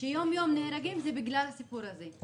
שיום-יום נהרגים זה בגלל הסיפור הזה,